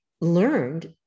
learned